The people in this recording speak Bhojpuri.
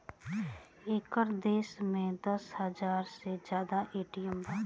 एकर देश में दस हाजार से जादा ए.टी.एम बा